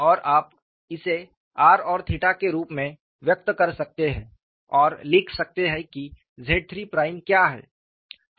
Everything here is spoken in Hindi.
और आप इसे r और के रूप में व्यक्त कर सकते हैं और लिख सकते हैं कि ZIII प्राइम क्या है